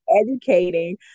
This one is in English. educating